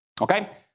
Okay